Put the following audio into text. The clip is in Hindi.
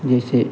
जैसे